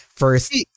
first